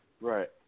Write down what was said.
Right